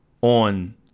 on